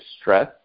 stress